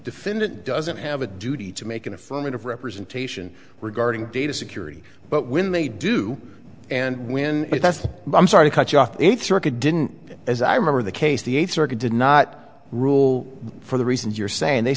defendant doesn't have a duty to make an affirmative representation regarding data security but when they do and when it does i'm sorry cut you off the eighth circuit didn't as i remember the case the eighth circuit did not rule for the reasons you're saying they